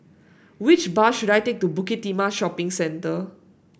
which bus should I take to Bukit Timah Shopping Centre